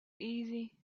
easy